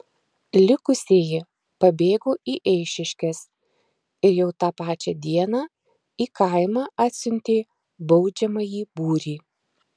likusieji pabėgo į eišiškes ir jau tą pačią dieną į kaimą atsiuntė baudžiamąjį būrį